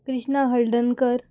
Krishna Haldankar